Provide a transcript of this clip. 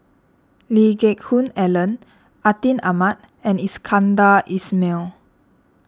Lee Geck Hoon Ellen Atin Amat and Iskandar Ismail